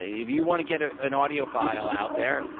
if you want to get ah an audio file out there,